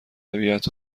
طبیعت